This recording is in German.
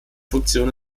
funktion